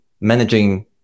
managing